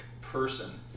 person